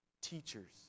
teachers